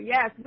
Yes